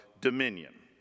dominion